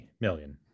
million